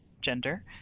gender